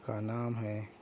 کا نام ہے